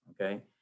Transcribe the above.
Okay